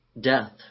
death